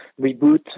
reboot